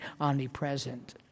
omnipresent